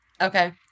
Okay